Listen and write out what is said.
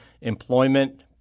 employment